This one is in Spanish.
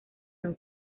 love